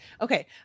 okay